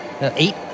eight